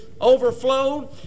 overflow